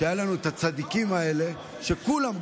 היו לנו הצדיקים האלה שכולם,